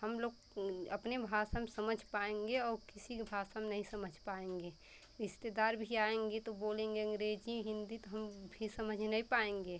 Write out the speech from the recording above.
हम लोग अपने भाषा में समझ पाएँगे और किसी भी भाषा में नहीं समझ पाएँगे रिश्तेदार भी आएँगे तो बोलेंगे अंग्रेज़ी हिन्दी तो हम फिर समझ नहीं पाएँगे